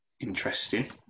interesting